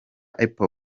apple